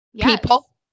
people